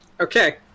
Okay